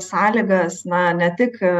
sąlygas na ne tik